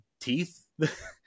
teeth